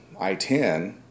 I-10